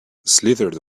slithered